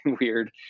weird